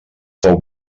fou